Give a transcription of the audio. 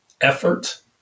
effort